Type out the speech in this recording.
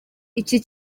iki